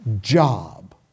job